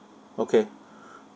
okay